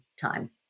time